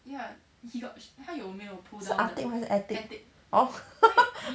是 attic 还是 attic orh